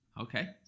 okay